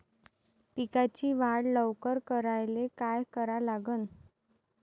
पिकाची वाढ लवकर करायले काय करा लागन?